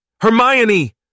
Hermione